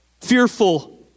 fearful